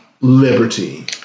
liberty